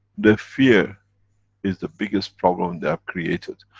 the fear is the biggest problem, they have created.